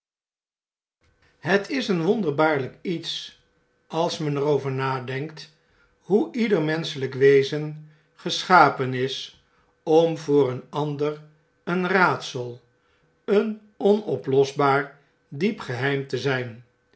het is een wonderbaarlflk iets als men er over nadenkt hoe ieder menschelijk wezengeschapen is om voor een ander een raadsel een onoplosbaar diep geheim te zjjn